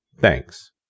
Thanks